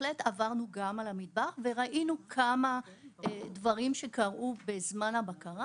עברנו גם על המטבח וראינו כמה דברים שקרו בזמן הבקרה